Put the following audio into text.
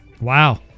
Wow